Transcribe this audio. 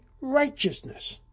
righteousness